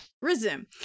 resume